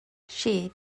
she